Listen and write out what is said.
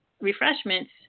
refreshments